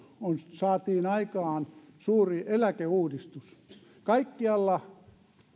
saatiin aikaan suuri eläkeuudistus kaikkialla